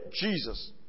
Jesus